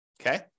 Okay